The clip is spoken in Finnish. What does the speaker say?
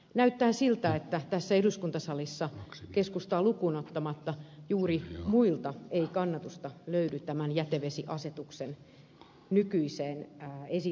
näyttää siltä että tässä eduskuntasalissa keskustaa lukuun ottamatta juuri muilta ei kannatusta löydy tämän jätevesiasetuksen nykyiselle esitysmuodolle